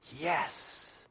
yes